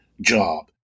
job